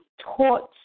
taught